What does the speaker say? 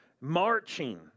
marching